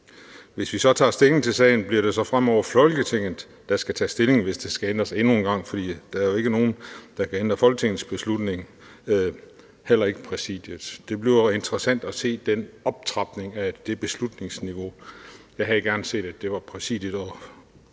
Hvis vi tager stilling til sagen, bliver det så fremover Folketinget, der skal tage stilling, hvis det skal ændres endnu en gang, for der er jo ikke nogen, der kan ændre Folketingets beslutning, heller ikke Præsidiet. Det bliver interessant at se den optrapning af beslutningsniveauet. Jeg havde gerne set, at det var Præsidiet og